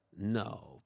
No